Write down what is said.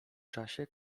czasie